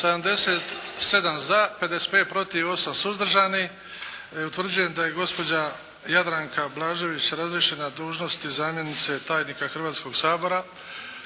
77 za, 55 protiv, 8 suzdržanih. Utvrđujem da je gospođa Jadranka Blažević razriješena dužnosti zamjenice tajnika Hrvatskoga sabora.